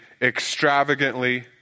extravagantly